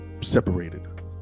separated